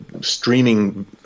streaming